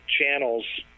channels